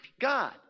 God